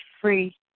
free